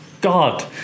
God